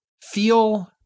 feel